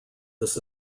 this